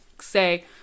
say